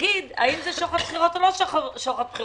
תגיד אם זה שוחד בחירות או לא שוחד בחירות.